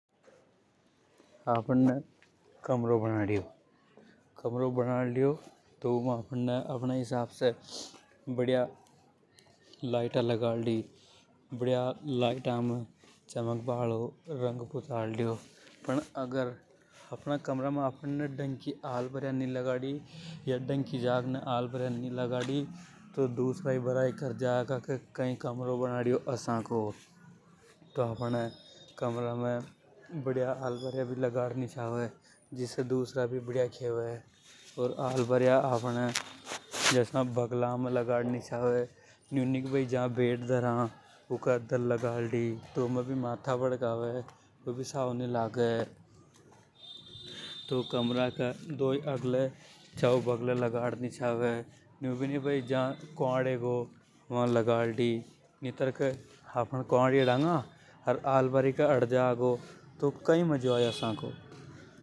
आफ़न ने कमरों बनाड़ लियो उमें आफ़न ने अपने हिसाब से लाइटा लगाड ली। बढ़िया लाइटा में चमक बा हालों रंग पूतड़ लियो। पण आपहने कमरा में ढंकी आल बरिया नि लगादी। या फेर ढंकी जगे नि लगादी तो दूसरा ही बराई कर जागा के कई कमरों बनाड़ियो आसा को। तो आफ़न अपहाने कमरा में अल्बरिया लगड़ नि चावे जिसे दूसरा भी बढ़िया खेवे। तो उमें भी माथा भड़कावे। वे भी साव नि लागे तो कमरा के अगले या बगले लगाड़ नि चावे। न्यू भी नि भई जहां क्वाड हेगो वा लगाड ली।